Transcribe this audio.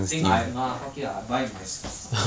I think I fuck it lah I buy it myself lah